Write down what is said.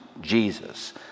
Jesus